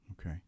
Okay